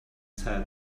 said